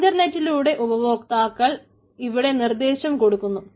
ഇൻറർനെറ്റിലൂടെ ഉപഭോക്താക്കൾ ഇവിടെ നിർദ്ദേശം കൊടുക്കുന്നു